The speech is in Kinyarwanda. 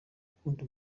gukunda